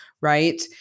right